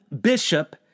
bishop